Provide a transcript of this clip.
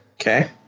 Okay